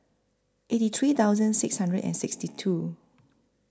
eighty three thousand six hundred and sixty two